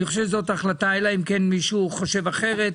זאת החלטה של הוועדה, אלא אם כן מישהו חושב אחרת.